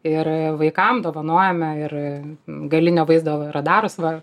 ir vaikam dovanojame ir galinio vaizdo radarus va